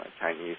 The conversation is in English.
Chinese